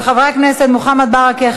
של חברי הכנסת מוחמד ברכה,